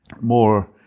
more